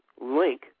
link